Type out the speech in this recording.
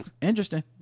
Interesting